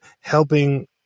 helping